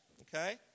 okay